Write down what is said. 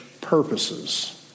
purposes